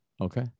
Okay